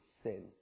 sin